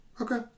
Okay